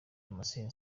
damascène